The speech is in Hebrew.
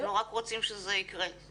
אנחנו רק רוצים שזה ירה.